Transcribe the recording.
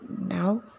now